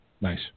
nice